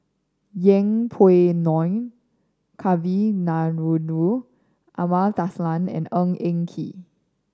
Yeng Pway Ngon Kavignareru Amallathasan and Ng Eng Kee